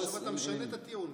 עכשיו אתה משנה את הטיעון.